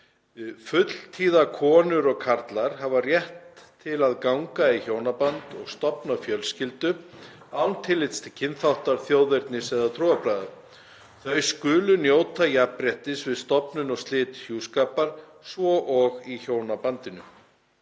„Fulltíða konur og karlar hafa rétt til að ganga í hjónaband og stofna fjölskyldu, án tillits til kynþáttar, þjóðernis eða trúarbragða. Þau skulu njóta jafnréttis við stofnun og slit hjúskapar, svo og í hjónabandinu.“